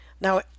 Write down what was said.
Now